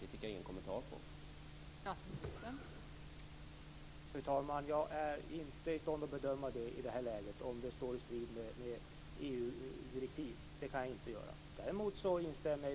Det fick jag ingen kommentar till.